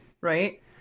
Right